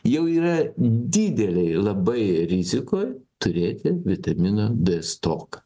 jau yra didelėj labai rizikoj turėti vitamino d stoką